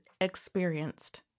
experienced